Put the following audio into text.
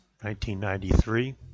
1993